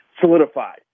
solidified